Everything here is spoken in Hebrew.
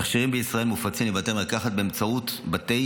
תכשירים בישראל מופצים לבתי המרקחת באמצעות בתי